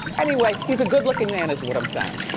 anyway, he's a good looking man is what i'm saying.